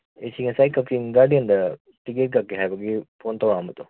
ꯑꯩꯁꯦ ꯉꯁꯥꯏ ꯀꯛꯆꯤꯡ ꯒꯥꯔꯗꯦꯟꯗ ꯇꯤꯛꯀꯦꯠ ꯀꯛꯀꯦ ꯍꯥꯏꯕꯒꯤ ꯐꯣꯟ ꯇꯧꯔꯛꯑꯝꯕꯗꯣ